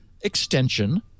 extension